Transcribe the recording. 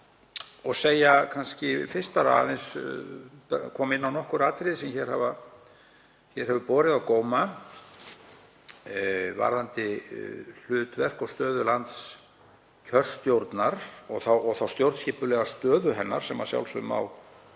og ræðum. Ég vil fyrst koma inn á nokkur atriði sem hér hefur borið á góma varðandi hlutverk og stöðu landskjörstjórnar og stjórnskipulega stöðu hennar sem að sjálfsögðu